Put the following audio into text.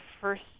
first